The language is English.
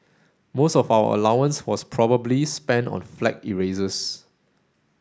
most of our allowance was probably spent on flag erasers